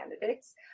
candidates